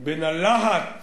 בין הלהט